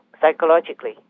psychologically